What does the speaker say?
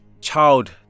child